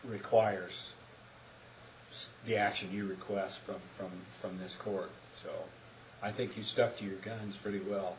requires the action you request from from from this court so i think you stuck to your guns pretty well